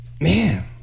Man